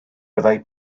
byddai